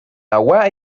agua